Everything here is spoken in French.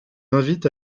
invite